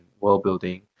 world-building